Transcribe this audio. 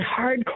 hardcore